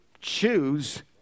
choose